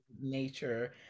nature